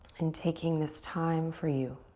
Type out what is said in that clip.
and taking this time for you.